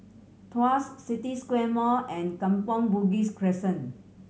Tuas City Square Mall and Kampong Bugis Crescent